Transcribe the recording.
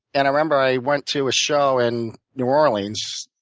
and i remember i went to a show in new orleans,